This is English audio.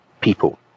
people